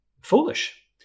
foolish